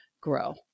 grow